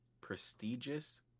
prestigious